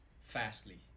fastly